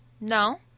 no